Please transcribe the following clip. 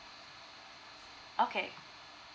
okay